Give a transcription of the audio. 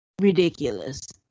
ridiculous